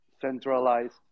centralized